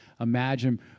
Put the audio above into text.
Imagine